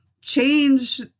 change